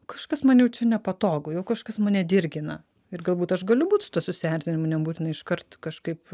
kažkas man jau čia nepatogu jau kažkas mane dirgina ir galbūt aš galiu būt su tuo susierzinimu nebūtina iškart kažkaip